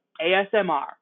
ASMR